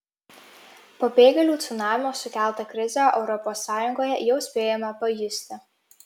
pabėgėlių cunamio sukeltą krizę europos sąjungoje jau spėjome pajusti